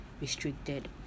restricted